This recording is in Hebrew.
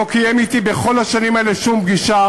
לא קיים אתי בכל השנים האלה שום פגישה